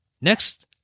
next